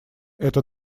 это